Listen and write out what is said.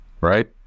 right